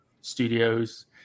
studios